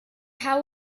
how